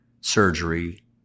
surgery